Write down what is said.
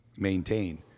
maintain